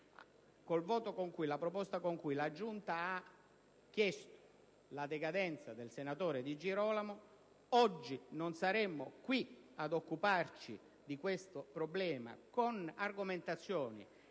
e di opposizione) con cui la Giunta ha chiesto la decadenza del senatore Di Girolamo, oggi non saremmo qui ad occuparci di questo problema con argomentazioni